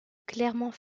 clermont